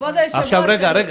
כבוד היושב-ראש,